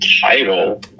title